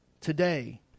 today